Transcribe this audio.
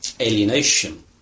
alienation